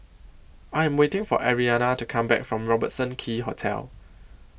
I Am waiting For Arianna to Come Back from Robertson Quay Hotel